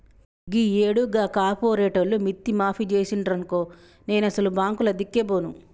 గీయేడు గా కార్పోరేటోళ్లు మిత్తి మాఫి జేసిండ్రనుకో నేనసలు బాంకులదిక్కే బోను